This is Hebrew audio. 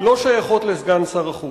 לא שייכות לסגן שר החוץ.